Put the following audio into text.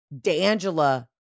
D'Angela